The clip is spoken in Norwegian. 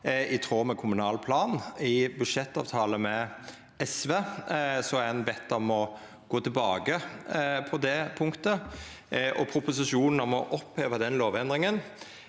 i tråd med kommunal plan. I budsjettavtale med SV er ein bedt om å gå tilbake på det punktet, og proposisjonen om å oppheva den lovendringa